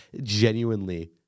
genuinely